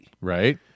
Right